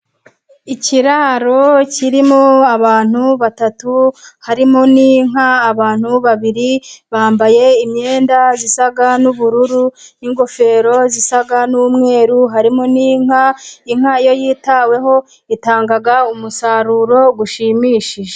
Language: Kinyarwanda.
Ikiraro kirimo abantu batatu, harimo n’inka. Abantu babiri bambaye imyenda zisa n’ubururu, n’ingofero zisa n’umweru. Harimo n’inka. Inka, iyo yitaweho, itanga umusaruro ushimishije.